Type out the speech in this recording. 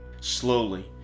Slowly